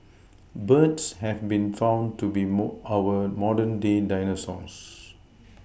birds have been found to be our modern day dinosaurs